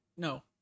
No